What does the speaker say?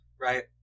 Right